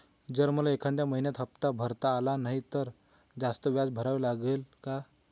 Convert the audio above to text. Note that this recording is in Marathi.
जर मला एखाद्या महिन्यात हफ्ता भरता आला नाही तर जास्त व्याज भरावे लागेल का?